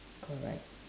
correct